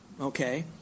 okay